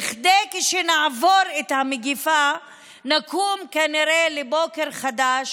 כדי שכשנעבור את מגפה נקום כנראה לבוקר חדש